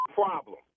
problem